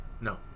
No